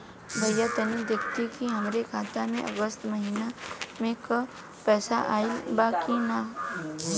भईया तनि देखती की हमरे खाता मे अगस्त महीना में क पैसा आईल बा की ना?